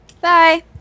Bye